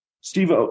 Steve